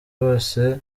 bose